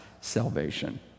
salvation